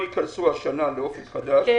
אני